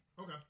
Okay